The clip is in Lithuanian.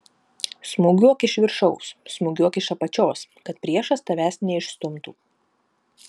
smūgiuok iš viršaus smūgiuok iš apačios kad priešas tavęs neišstumtų